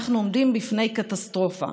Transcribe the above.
אנחנו עומדים בפני קטסטרופה.